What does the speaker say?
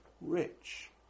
rich